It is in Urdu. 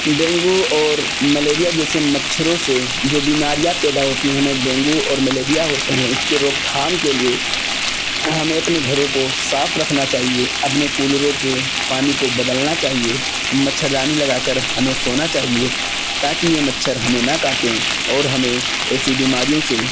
ڈینگو اور ملیریا جیسے مچھروں سے جو بیماریاں پیدا ہوتی ہیں ہمیں ڈینگو اور ملیریا ہوتے ہیں اس کے روک تھام کے لیے ہمیں اپنے گھروں کو صاف رکھنا چاہیے اپنے کولروں کے پانی کو بدلنا چاہیے مچھردانی لگا کر ہمیں سونا چاہیے تاکہ یہ مچھر ہمیں نہ کاٹیں اور ہمیں ایسی بیماریوں سے